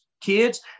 kids